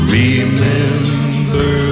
remember